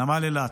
נמל אילת.